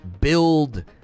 build